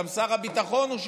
גם שר הביטחון הוא שלנו.